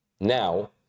now